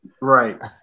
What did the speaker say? right